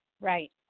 Right